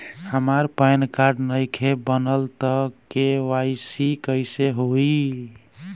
हमार PAN card नईखे बनल त के.वाइ.सी कइसे होई?